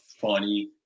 funny